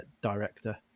director